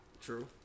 True